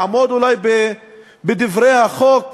לעמוד אולי בדברי החוק,